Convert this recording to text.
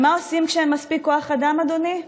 ומה עושים כשאין מספיק כוח אדם, אדוני?